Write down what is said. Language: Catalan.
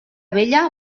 vella